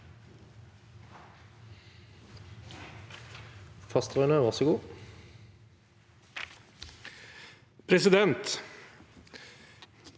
Presidenten